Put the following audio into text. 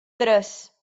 tres